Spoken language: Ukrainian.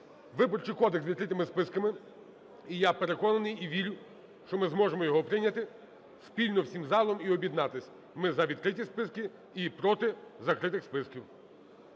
Виборчий кодекс з відкритими списками. І я переконаний, і вірю, що ми зможемо його прийняти спільно всім залом і об'єднатись. Ми – за відкриті списки і проти закритих списків.